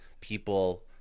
people